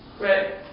Right